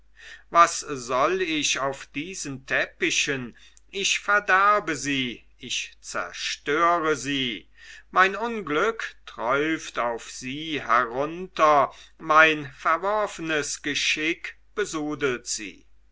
was soll ich auf diesen teppichen ich verderbe sie ich zerstöre sie mein unglück träuft auf sie herunter mein verworfenes geschick besudelt sie